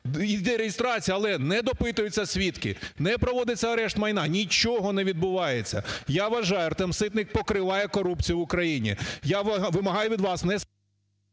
іде реєстрація, але не допитуються свідки, не проводиться арешт майна, нічого не відбувається. Я вважаю, Артем Ситник покриває корупцію в Україні, я вимагаю від вас…